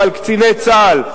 ועל קציני צה"ל?